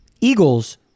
Eagles